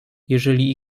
jeżeli